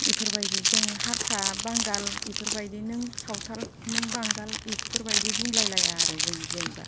बेफोरबायदि जों हारसा बांगाल बेफोरबायदि नों सावथाल नों बांगाल बिदिफोरबायदि बुंलाय लाया आरो जों जेनेबा